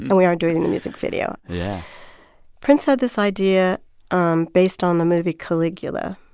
but we are doing the music video yeah prince had this idea um based on the movie caligula.